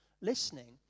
listening